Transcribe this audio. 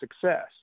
success